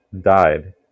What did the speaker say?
died